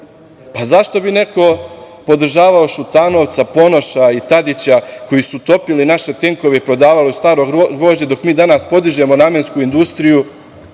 tunela.Zašto bi neko podržavao Šutanovca, Ponoša i Tadića koji su topili naše tenkove i prodavali u staro gvožđe dok mi danas podižemo namensku industriju